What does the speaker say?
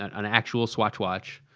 um an actual swatch watch,